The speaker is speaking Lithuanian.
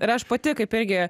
ir aš pati kaip irgi